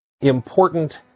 important